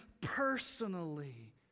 personally